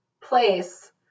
place